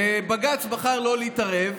בג"ץ בחר לא להתערב.